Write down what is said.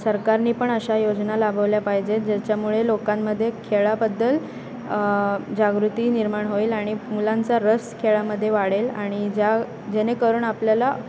सरकारने पण अशा योजना राबवल्या पाहिजे ज्याच्यामुळे लोकांमध्ये खेळाबद्दल जागृती निर्माण होईल आणि मुलांचा रस खेळामध्ये वाढेल आणि ज्या जेणेकरून आपल्याला